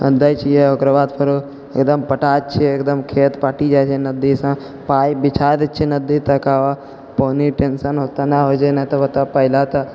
हम दै छियै ओकरा बाद फेरो एकदम पटा दै छियै एकदम खेत पाटि जाइ छै खेत नदी पाइप बिछा दै छियै नदी तक आओर पानि टेन्सन ओते नहि होइ छै नहि तऽ ओतऽ पहिले तऽ